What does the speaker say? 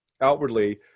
outwardly